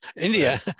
India